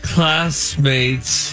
Classmates